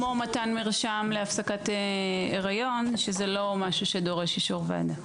כמו מתן מרשם להפסקת היריון שזה לא משהו שדורש אישור ועדה.